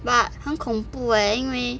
but 很恐怖 eh 因为